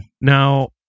Now